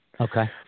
okay